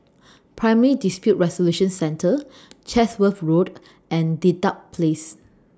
Primary Dispute Resolution Centre Chatsworth Road and Dedap Place